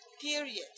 period